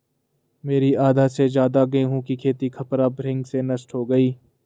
मेरी आधा से ज्यादा गेहूं की खेती खपरा भृंग से नष्ट हो गई